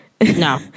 no